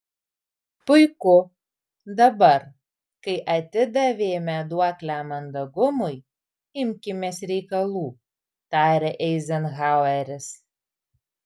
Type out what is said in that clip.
puiku dabar kai atidavėme duoklę mandagumui imkimės reikalų tarė eizenhaueris